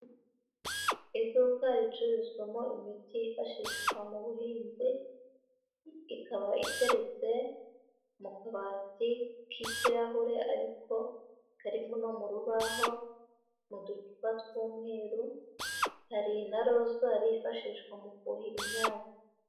Iduka ricuruzwamo imiti yifashishwa mu buhinzi, ikaba iteretse mu kabati k'ikirahure ariko karimo no mu rubaho mu ducupa tw'umweru, hari na rozwari yifashishwa mu kuhira imyaka.